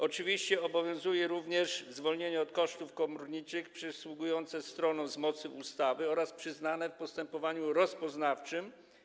Oczywiście obowiązuje również zwolnienie od kosztów komorniczych przysługujące stronom z mocy ustawy oraz przyznane w postępowaniu rozpoznawczym.